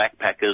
backpackers